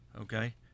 Okay